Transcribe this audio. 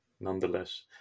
nonetheless